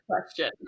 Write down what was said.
question